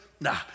nah